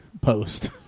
post